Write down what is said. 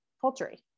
poultry